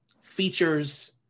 features